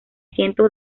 cientos